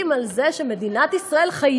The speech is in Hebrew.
כמעט כל היושבים כאן שמדברים על זה שמדינת ישראל חייבת,